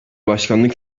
başkanlık